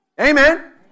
Amen